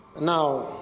Now